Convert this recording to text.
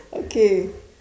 okay